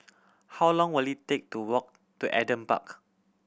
how long will it take to walk to Adam Park